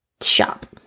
shop